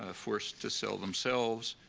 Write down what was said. ah forced to sell themselves,